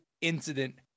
incident